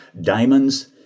diamonds